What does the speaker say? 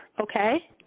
okay